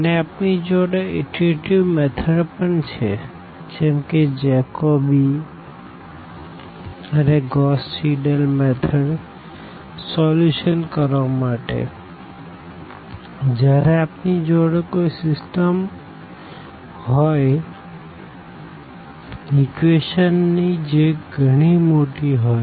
અને આપણી જોડે ઈટરેટીવ મેથડ પણ છે જેમ કે જેકોબી અને ગોસ સીડલ મેથડ સોલ્યુશન કરવા માટે જયારે આપણી જોડે સીસ્ટમ હોઈ ઇક્વેશન ની જે ગણી મોટી હોઈ